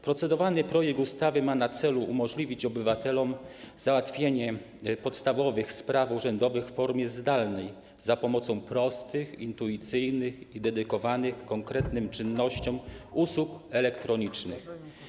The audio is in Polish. Procedowany projekt ustawy ma na celu umożliwić obywatelom załatwienie podstawowych spraw urzędowych w formie zdalnej za pomocą prostych, intuicyjnych i dedykowanych konkretnym czynnościom usług elektronicznych.